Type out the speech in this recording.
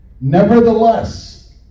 Nevertheless